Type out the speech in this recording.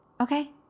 Okay